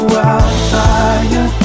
wildfire